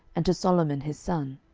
and to solomon his son,